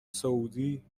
سعودی